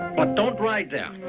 but don't ride there.